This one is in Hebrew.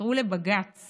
עתרו לבג"ץ